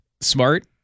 smart